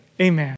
amen